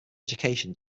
education